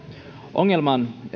ongelman